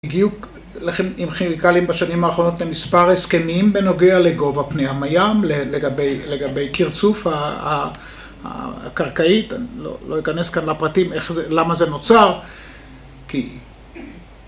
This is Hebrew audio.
הגיעו לכם עם כימיקלים בשנים האחרונות למספר הסכמים בנוגע לגובה פני המים, לגבי קרצוף הקרקעית אני לא אכנס כאן לפרטים למה זה נוצר כי...